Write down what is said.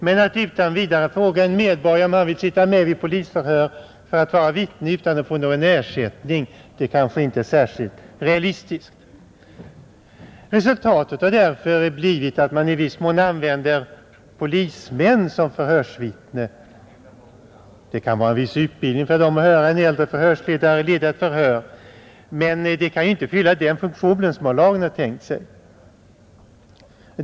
Men att utan vidare fråga en medborgare om han vill sitta med vid polisförhör för att vara vittne utan att få någon ersättning är kanske inte särskilt realistiskt. Resultatet har därför blivit att man i viss mån använder polismän som förhörsvittnen. Det kan vara en viss utbildning för dem att höra en äldre förhörsledare leda ett förhör, men det kan ju inte fylla den funktion som avses i lagen.